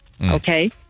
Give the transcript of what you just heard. okay